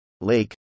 Lake